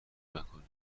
مکانی